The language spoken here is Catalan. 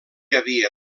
havia